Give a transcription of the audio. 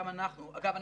אגב,